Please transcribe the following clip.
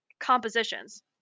Compositions